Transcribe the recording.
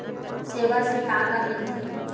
सेवा से का का मिलथे?